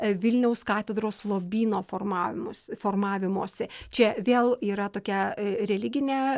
vilniaus katedros lobyno formavimosi formavimosi čia vėl yra tokia a religinė